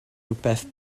rywbeth